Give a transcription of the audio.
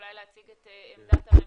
אולי להציג את עמדת הממשלה,